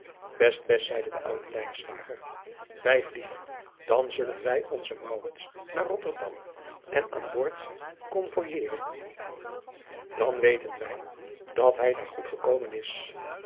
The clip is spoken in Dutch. best zeide de oude lijnslager wijflief dan zullen wij onzen maurits naar rotterdam en aan boord convoijeren dan weten wij dat hij daar goed gekomen is